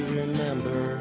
remember